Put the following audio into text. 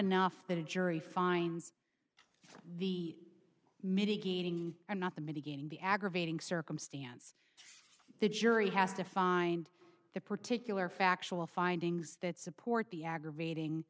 enough that a jury finds the mitigating or not the mitigating the aggravating circumstance the jury has to find the particular factual findings that support the aggravating